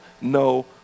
no